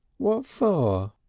what for?